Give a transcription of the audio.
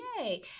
yay